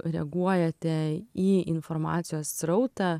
reaguojate į informacijos srautą